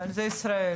אבל זה ישראל,